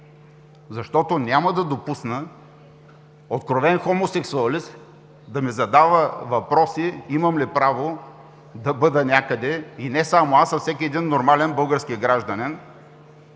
Защото няма да допусна откровен хомосексуалист да ми задава въпроса: имам ли право да бъда някъде? И не само аз, а всеки един нормален български гражданин.